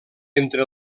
entre